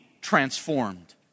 transformed